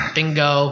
Bingo